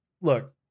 look